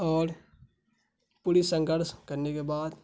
اور پوری سنگھرش کرنے کے بعد